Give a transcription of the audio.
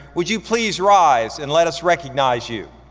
would you please rise and let us recognize you?